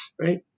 Right